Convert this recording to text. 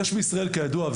יש בישראל כידוע,